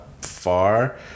far